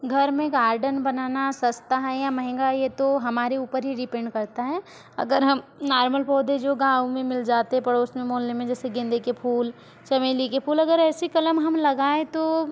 घर में गार्डन बनाना सस्ता हैं या महंगा है ये तो हमारे ऊपर ही डिपेंड करता हैं अगर हम नॉर्मल पौधे जो गाँव में मिल जाते है पड़ोस में मोहल्ले में जैसे गेंदे के फूल चमेली के फूल अगर ऐसी कलम हम लगाएँ तो